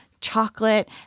chocolate